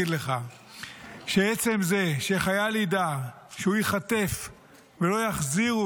שעצם זה שחייל ידע שהוא ייחטף ולא יחזירו